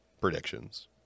predictions